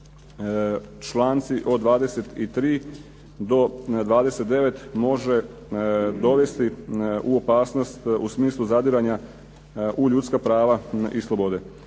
članci od 23. do 29. može dovesti u opasnost u smislu zadiranja u ljudska prava i slobode.